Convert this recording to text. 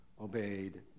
obeyed